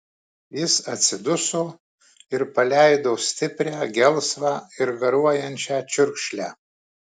jis atsiduso ir paleido stiprią gelsvą ir garuojančią čiurkšlę